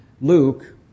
Luke